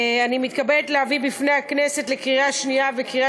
אני מתכבדת להביא בפני הכנסת לקריאה שנייה ולקריאה